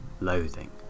loathing